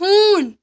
ہوٗن